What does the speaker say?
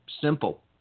simple